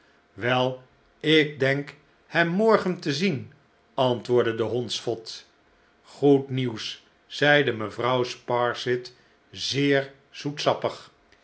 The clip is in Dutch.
wel ik'denk hem morgen te zien antwoordde de hondsvot goed nieuws zeide mevrouw sparsit zeer